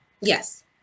Yes